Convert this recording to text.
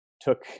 Took